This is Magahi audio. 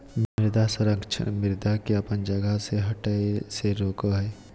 मृदा संरक्षण मृदा के अपन जगह से हठय से रोकय हइ